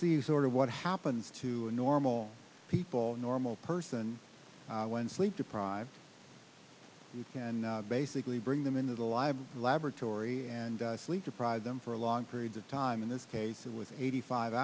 see sort of what happens to a normal people normal person when sleep deprived you can basically bring them into the lab laboratory and sleep deprived them for long periods of time in this case it was eighty five